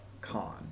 con